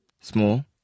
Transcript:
small